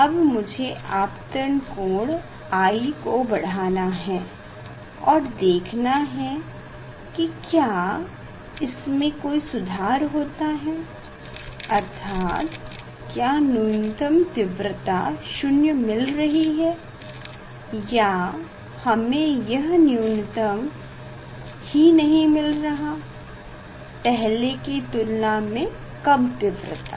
अब मुझे आपतन कोण I को बढ़ाना है और देखना है की क्या इसमे कोई सुधार होता है अर्थात क्या न्यूनतम तीव्रता शून्य मिल रही है या हमे यह न्यूनतम ही नहीं मिल रहा पहले की तुलना में कम तीव्रता